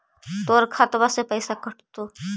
तोर खतबा से पैसा कटतो?